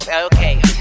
Okay